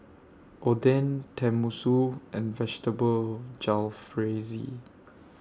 Oden Tenmusu and Vegetable Jalfrezi